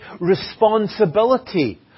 responsibility